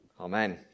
Amen